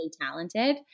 talented